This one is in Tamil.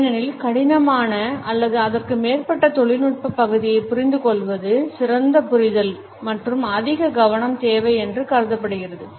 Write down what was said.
ஏனெனில் கடினமான அல்லது அதற்கு மேற்பட்ட தொழில்நுட்ப பகுதியை புரிந்து கொள்ளுவது சிறந்த புரிதல் மற்றும் அதிக கவனம் தேவை என்று கருதப்படுகிறது